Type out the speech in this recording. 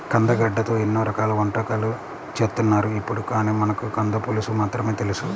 కందగడ్డతో ఎన్నో రకాల వంటకాలు చేత్తన్నారు ఇప్పుడు, కానీ మనకు కంద పులుసు మాత్రమే తెలుసు